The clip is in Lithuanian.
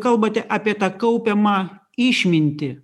kalbate apie tą kaupiamą išmintį